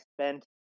spent